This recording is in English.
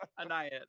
anaya